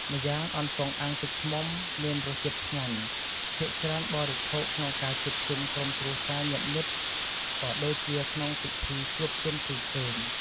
ម្យ៉ាងអន្ទង់អាំងទឹកឃ្មុំ មានរសជាតិឆ្ងាញ់ ភាគច្រើនបរិភោគក្នុងការជួបជុំក្រុមគ្រួសារញាតិមិត្ត ក៏ដូចជាក្នងពិធីជួបជុំផ្សេងៗ។